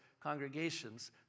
congregations